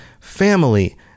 family